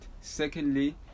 secondly